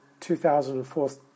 2004